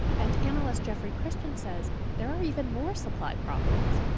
and analyst jeffery christian says there are even more supply problems.